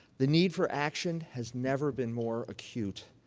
the need for action has never been more acute.